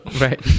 Right